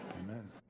Amen